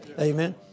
Amen